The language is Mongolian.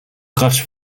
гарч